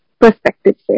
perspective